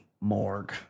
morgue